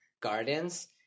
gardens